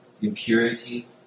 impurity